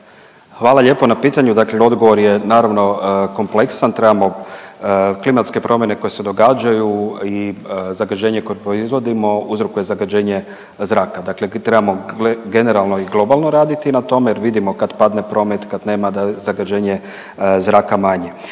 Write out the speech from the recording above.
Hvala lijepo na pitanju. Dakle, odgovor je naravno kompleksan, trebamo klimatske promjene koje se događaju i zagađenje koje proizvodimo uzrokuje zagađenje zraka. Dakle, trebamo generalno i globalno raditi na tome jer vidimo kad padne promet, kad nema da je zagađenje zraka manje.